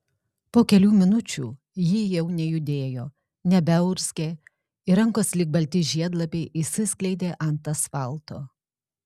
po kelių minučių ji jau nejudėjo nebeurzgė ir rankos lyg balti žiedlapiai išsiskleidė ant asfalto